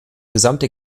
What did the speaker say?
gesamte